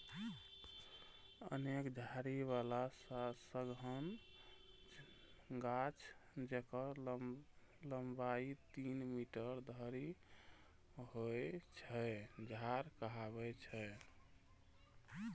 अनेक डारि बला सघन गाछ, जेकर लंबाइ तीन मीटर धरि होइ छै, झाड़ कहाबै छै